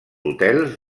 hotels